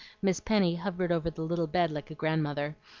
miss penny hovered over the little bed like a grandmother,